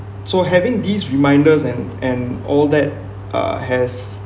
so having these reminders and and all that uh has